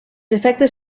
efectes